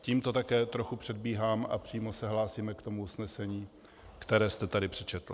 Tímto také trochu předbíhám a přímo se hlásíme k tomu usnesení, které jste tady přečetl.